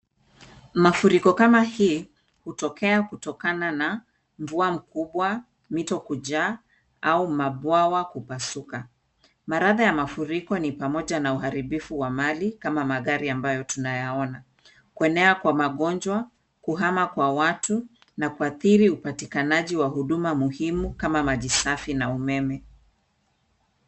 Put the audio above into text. Mafuriko kama hii hutokea kutokana na mvua mkubwa, mito kujaa au mabwawa kupasuka. Maradha ya mafuriko ni pamoja na uharibifu wa mali kama magari ambayo tunayaona, kuenea kwa magonjwa, kuhama kwa watu na kuathiri upatikanaji wa huduma muhimu kama maji safi na umeme.